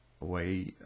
away